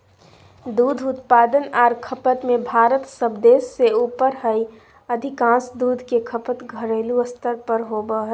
दूध उत्पादन आर खपत में भारत सब देश से ऊपर हई अधिकांश दूध के खपत घरेलू स्तर पर होवई हई